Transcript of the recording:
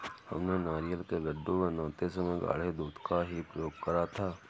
हमने नारियल के लड्डू बनाते समय गाढ़े दूध का ही प्रयोग करा था